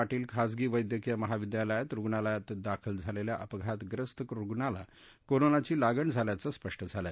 पाटील खाजगी वैद्यकीय महाविद्यालयात रुग्णालयात दाखल झालख्वा अपघातग्रस्त रुग्णाला कोरोनाची लागण झाल्याचं स्पष्ट झालं